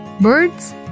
birds